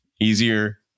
easier